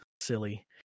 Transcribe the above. silly